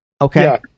okay